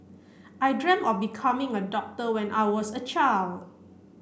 I dreamt of becoming a doctor when I was a child